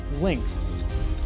links